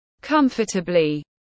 comfortably